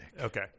Okay